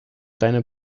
deine